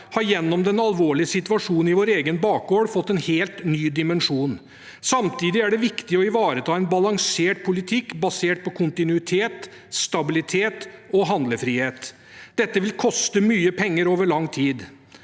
har gjennom den alvorlige situasjonen i vår egen bakgård fått en helt ny dimensjon. Samtidig er det viktig å ivareta en balansert politikk basert på kontinuitet, stabilitet og handlefrihet. Dette vil koste mye penger over lang tid.